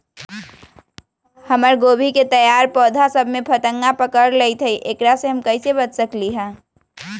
हमर गोभी के तैयार पौधा सब में फतंगा पकड़ लेई थई एकरा से हम कईसे बच सकली है?